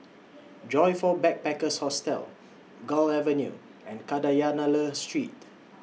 Joyfor Backpackers' Hostel Gul Avenue and Kadayanallur Street